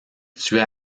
situées